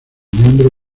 miembro